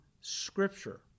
Scripture